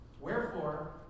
Wherefore